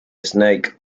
snake